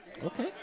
okay